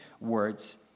words